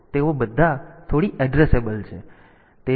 તેથી તેઓ બધા થોડી એડ્રેસેબલ છે